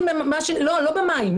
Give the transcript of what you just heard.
לא במים.